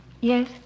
Yes